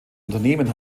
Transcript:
unternehmen